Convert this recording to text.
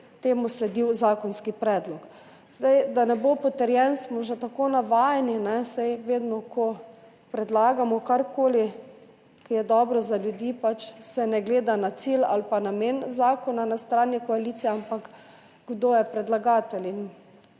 temu sledil zakonski predlog. Zdaj, da ne bo potrjen, smo že tako navajeni, saj vedno, ko predlagamo karkoli, ki je dobro za ljudi, se pač ne gleda na cilj ali pa namen zakona na strani koalicije, ampak na to, kdo je predlagatelj.